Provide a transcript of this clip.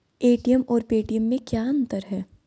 ATM और Paytm में क्या अंतर है?